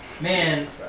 man